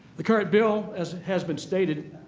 the current bill, as has been stated,